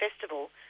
Festival